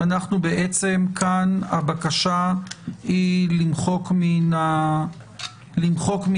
כאן בעצם הבקשה היא למחוק מרשימת